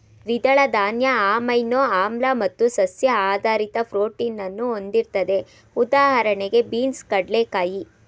ದ್ವಿದಳ ಧಾನ್ಯ ಅಮೈನೋ ಆಮ್ಲ ಮತ್ತು ಸಸ್ಯ ಆಧಾರಿತ ಪ್ರೋಟೀನನ್ನು ಹೊಂದಿರ್ತದೆ ಉದಾಹಣೆಗೆ ಬೀನ್ಸ್ ಕಡ್ಲೆಕಾಯಿ